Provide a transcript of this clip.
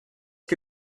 que